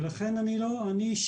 ולכן אני אישית